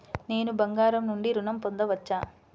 నేను బంగారం నుండి ఋణం పొందవచ్చా?